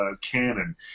canon